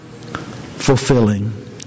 fulfilling